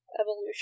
evolution